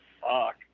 fuck